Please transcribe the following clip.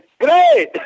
great